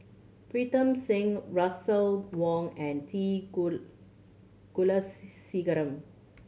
Pritam Singh Russel Wong and T